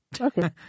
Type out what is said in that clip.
Okay